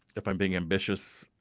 if i'm being ambitious,